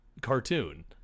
cartoon